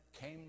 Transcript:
came